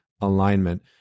alignment